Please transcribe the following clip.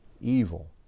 evil